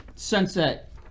sunset